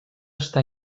està